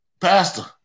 Pastor